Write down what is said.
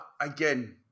again